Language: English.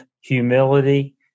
humility